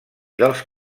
dels